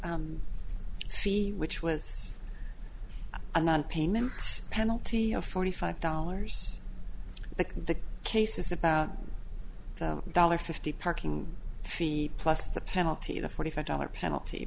fee which was a non payment penalty of forty five dollars the case is about a dollar fifty parking fee plus the penalty the forty five dollars penalty